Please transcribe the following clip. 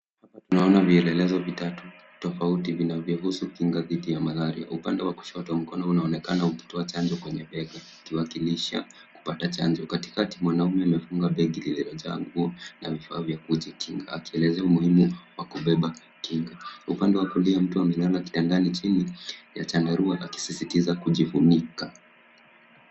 Hapa tunaona vielelezo vitatu tofauti vinavyohusu kinga dhidi ya Malaria . Upande wa kushoto, mkono unaonekana ukitoa chanjo kwenye bega, ikiwakilisha kupata chanjo. Katikati, mwanaume amefunga begi lililojaa nguo na vifaa vya kujikinga, akielezea umuhimu wa kubeba kinga. Upande wa kulia, mtu amelala kitandani chini ya chandarua akisisitiza kujifunika.